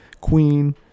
queen